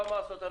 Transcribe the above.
מה לעשות,